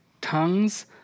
Tongues